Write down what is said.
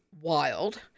wild